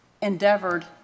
endeavored